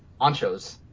anchos